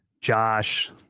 Josh